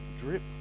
drip